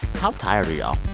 how tired are y'all?